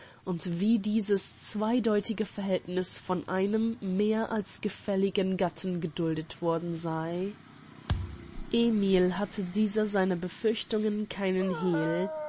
und wie dieses zweideutige verhältniß von einem mehr als gefälligen gatten geduldet worden sei emil hatte dieser seiner befürchtungen kein hehl